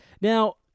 Now